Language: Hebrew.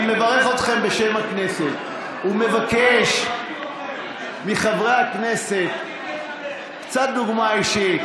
אני מברך אתכם בשם הכנסת ומבקש מחברי הכנסת קצת דוגמה אישית.